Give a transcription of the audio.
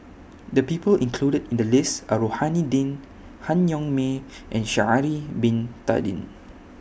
The People included in The list Are Rohani Din Han Yong May and Sha'Ari Bin Tadin